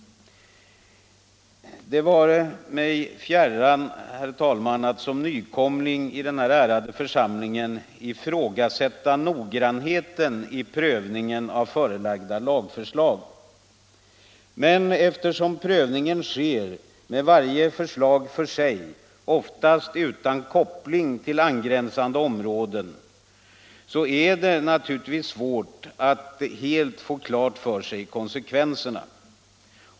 Det vare mig fjärran, herr talman, att som nykomling i den här ärade församlingen ifrågasätta noggrannheten i prövningen av förelagda lagförslag. Men eftersom prövningen sker av varje förslag för sig, oftast utan koppling till angränsande områden, är det svårt att helt få klart för sig konsekvenserna.